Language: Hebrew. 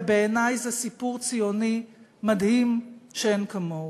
ובעיני זה סיפור ציוני מדהים שאין כמוהו.